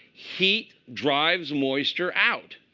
heat drives moisture out.